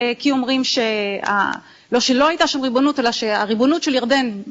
כי אומרים, ש.. ה... לא שלא הייתה שם ריבונות, אלא שהריבונות של ירדן...